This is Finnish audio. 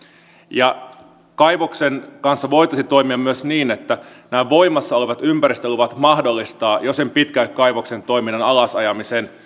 ja kaivoksen kanssa voitaisiin toimia myös niin että nämä voimassa olevat ympäristöluvat mahdollistavat jo sen kaivoksen toiminnan alasajamisen